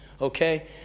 Okay